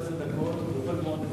יש לו עשר דקות, אבל הוא יכול לגמור בדקה.